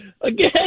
Again